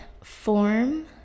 form